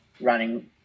running